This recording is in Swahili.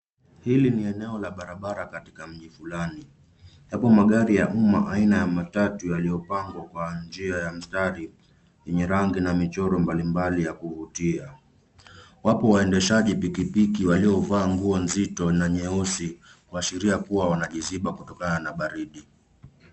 Hili ni eneo la barabara katika mji fulani. Yapo magari ya umma aina ya matatu yaliyopangwa kwa njia ya mstari yenye rangi na michoro mbalimbali ya kuvutia. Wapo waendeshaji wa pikipiki waliovaa nguo nzito na nyeusi kuashiria kuwa wanajiziba kutokana na baridi.